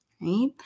right